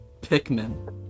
pikmin